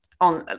on